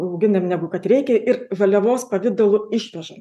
auginam negu kad reikia ir žaliavos pavidalu išvežam